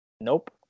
Nope